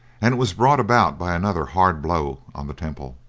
and it was brought about by another hard blow on the temple.